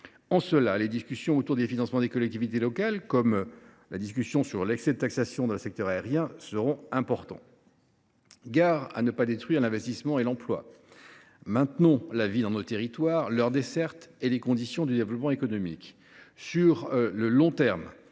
En cela, les discussions autour du financement des collectivités locales, comme le débat sur l’excès de taxation dans le secteur aérien, seront importantes. Gare à ne pas détruire l’investissement et l’emploi ! Maintenons la vie, les dessertes et les conditions du développement économique dans nos